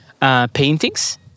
paintings